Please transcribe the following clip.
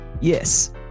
yes